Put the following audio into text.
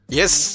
yes